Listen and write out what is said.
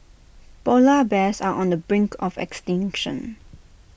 Polar Bears are on the brink of extinction